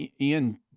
ian